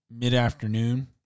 mid-afternoon